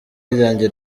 ryanjye